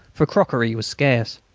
for crockery was scarce.